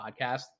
podcast